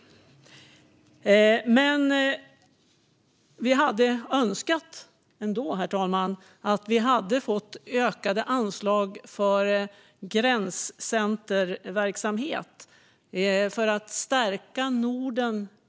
Herr talman! Vi hade ändå önskat att vi hade fått ökade anslag för gränscenterverksamhet för att stärka Norden.